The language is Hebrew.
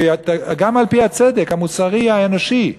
גם על-פי הצדק המוסרי האנושי,